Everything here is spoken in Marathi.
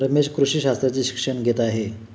रमेश कृषी शास्त्राचे शिक्षण घेत आहे